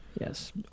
Yes